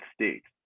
States